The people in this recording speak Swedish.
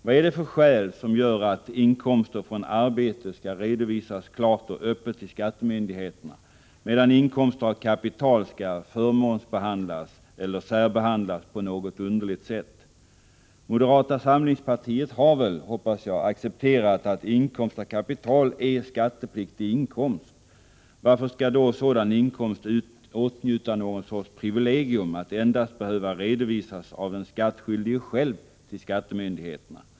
Vad är det för skäl som gör att inkomster från arbete skall redovisas klart och öppet till skattemyndigheterna, medan inkomster av kapital skall förmånsbehandlas på något underligt sätt? Moderata samlingspartiet har väl, hoppas jag, accepterat att inkomst av kapital är skattepliktig inkomst? Varför skall sådan inkomst då åtnjuta något sorts privilegium att endast behöva redovisas av den skattskyldige själv till skattemyndigheterna?